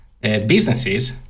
businesses